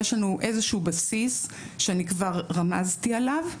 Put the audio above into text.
יש לנו איזה שהוא בסיס שאני כבר רמזתי עליו,